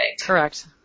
Correct